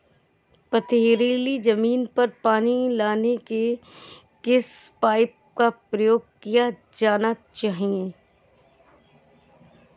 पथरीली ज़मीन पर पानी लगाने के किस पाइप का प्रयोग किया जाना चाहिए?